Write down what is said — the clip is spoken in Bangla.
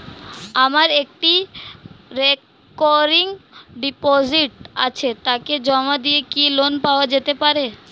আমার একটি রেকরিং ডিপোজিট আছে তাকে জমা দিয়ে কি লোন পাওয়া যেতে পারে?